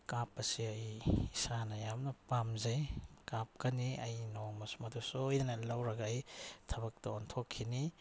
ꯀꯥꯞꯄꯁꯦ ꯑꯩ ꯏꯁꯥꯅ ꯌꯥꯝꯅ ꯄꯥꯝꯖꯩ ꯀꯥꯞꯀꯅꯤ ꯑꯩ ꯅꯣꯡꯃ ꯃꯗꯨ ꯁꯣꯏꯗꯅ ꯂꯧꯔꯒ ꯑꯩ ꯊꯕꯛꯇ ꯑꯣꯟꯊꯣꯛꯈꯤꯅꯤ